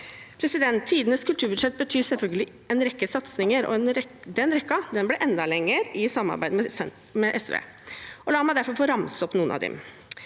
Tidenes kulturbudsjett betyr selvfølgelig en rekke satsinger, og den rekken ble enda lenger i samarbeid med SV. La meg derfor få ramse opp noen av dem: